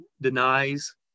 denies